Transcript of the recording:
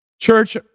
Church